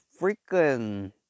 freaking